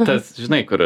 tas žinai kur